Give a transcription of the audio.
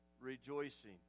rejoicing